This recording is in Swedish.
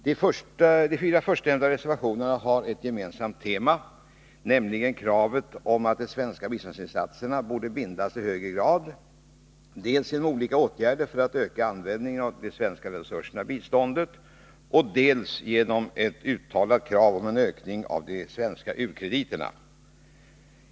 De fyra förstnämnda reservationerna har ett gemensamt tema, nämligen kravet att de svenska biståndsinsatserna borde bindas i högre grad dels genom olika åtgärder för att öka användningen av svenska resurser i biståndet, dels genom ett uttalat krav på en ökning av de svenska u-krediterna.